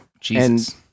Jesus